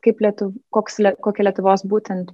kaip lietuva koks kokia lietuvos būtent